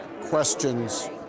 questions